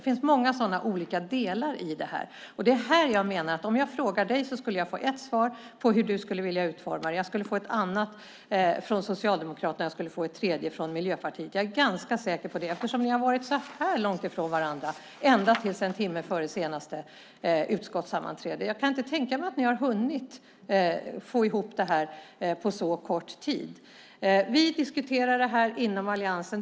Det finns många sådana olika delar i det här. Det är detta jag menar med att om jag frågar dig skulle jag få ett svar om hur du skulle vilja utforma det. Jag skulle få ett annat svar från Socialdemokraterna och ett tredje från Miljöpartiet. Jag är ganska säker på det eftersom ni var så långt ifrån varandra ända tills en timme före det senaste utskottssammanträdet. Jag kan inte tänka mig att ni har hunnit få ihop detta på så kort tid. Vi diskuterar det här inom alliansen.